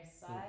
side